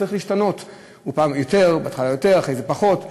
צריך להשתנות בשלבים, בהתחלה יותר, אחרי זה פחות.